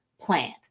plant